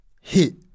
hit